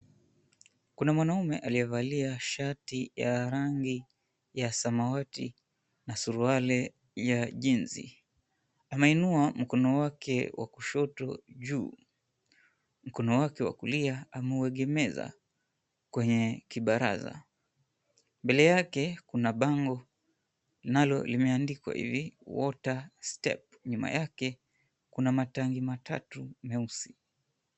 Kuna mwanaume aliyevalia shati ya rangi ya samawati na suruali ya jeans . Ameinua mkono wake wa kushoto juu, mkono wake wa kulia ameuegemeza kwenye kibaraza. Mbele yake kuna bando, nalo limeandikwa hivi," WaterStep" nyuma yake kuna matangi matatu meusi.